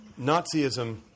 Nazism